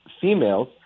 females